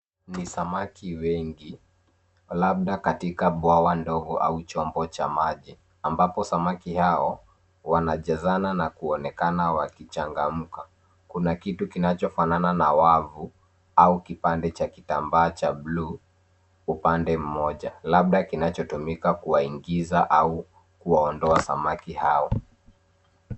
Ni samaki wengi labda katika bwawa ndogo au chombo cha maji, ambapo samaki hao wanajazana na kuonekana wakichangamka. Kuna kitu kinachofanana na wavu au kipande cha kitambaa cha bluu upande mmoja, labda kinachotumika kuwaingiza au kuwaondoa samaki hao.